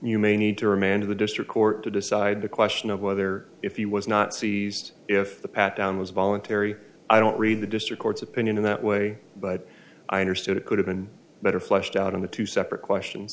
you may need to remand the district court to decide the question of whether if he was not seized if the patdown was voluntary i don't read the district court's opinion in that way but i understood it could have been better fleshed out on the two separate question